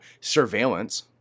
surveillance